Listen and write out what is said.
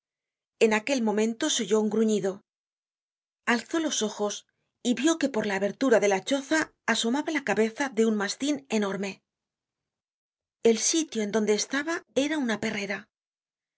en aquel momento se oyó un gruñido alzó los ojos y vió que por la abertura de la choza asomaba la cabeza de un mastin enorme el sitio en donde estaba era una perrera